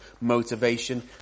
motivation